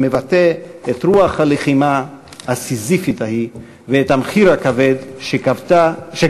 המבטא את רוח הלחימה הסיזיפית ההיא ואת המחיר הכבד שגבתה,